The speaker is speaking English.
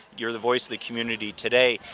you're the voice of the community today,